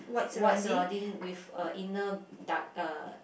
white surrounding with a inner dark uh